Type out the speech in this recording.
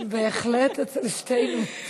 בהחלט, אצל שתינו.